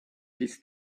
his